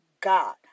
God